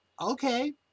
okay